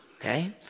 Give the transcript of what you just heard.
Okay